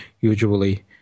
usually